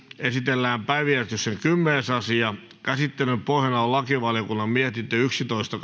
esitellään päiväjärjestyksen kymmenes asia käsittelyn pohjana on lakivaliokunnan mietintö yksitoista